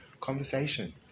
conversation